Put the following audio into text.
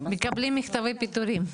מקבלים מכתבי פיטורים.